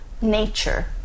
nature